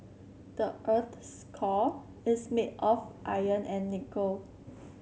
the earth's core is made of iron and nickel